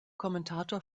kommentator